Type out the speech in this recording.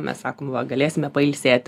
mes sakom va galėsime pailsėt